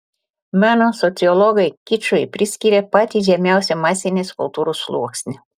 meno sociologai kičui priskiria patį žemiausią masinės kultūros sluoksnį